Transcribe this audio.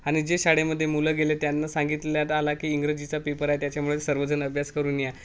आणि जे शाळेमध्ये मुलं गेले त्यांना सांगितल्यात आला की इंग्रजीचा पेपर आहे त्याच्यामुळे सर्वजण अभ्यास करून या